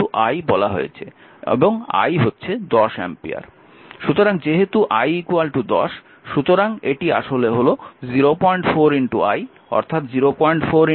সুতরাং যেহেতু I 10 সুতরাং এটি আসলে হল 04 I 04 10 4 অ্যাম্পিয়ার